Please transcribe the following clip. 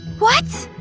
what!